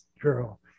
girl